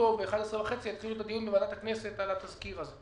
שאו-טו-טו ב-11:30 יתחילו את הדיון בוועדת הכנסת על התזכיר הזה,